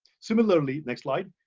similarly, next slide,